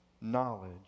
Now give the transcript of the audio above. knowledge